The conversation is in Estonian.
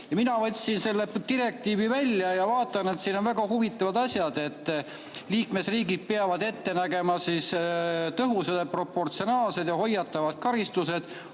Mina võtsin selle direktiivi välja ja vaatan, et siin on väga huvitavad asjad. Liikmesriigid peavad ette nägema tõhusad, proportsionaalsed ja hoiatavad karistused,